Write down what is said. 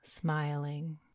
Smiling